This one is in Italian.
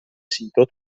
sito